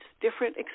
different